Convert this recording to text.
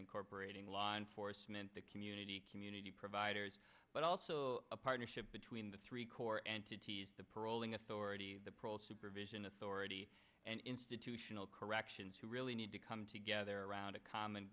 incorporating law enforcement the community community providers but also a partnership between the three core entities the paroling authority the proles supervision authority and institutional corrections who really need to come together around a common